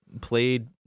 Played